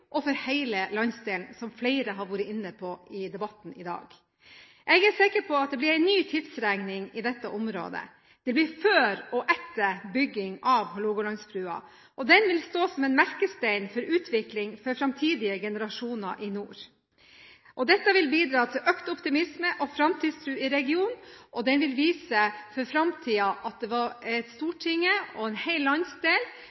løft for hele regionen og for hele landsdelen, som flere har vært inne på i debatten i dag. Jeg er sikker på at det blir en ny tidsregning i dette området. Det blir før og etter bygging av Hålogalandsbrua. Den vil stå som en merkestein for utvikling for framtidige generasjoner i nord. Dette vil bidra til økt optimisme og framtidstro i regionen, og den vil vise for framtiden at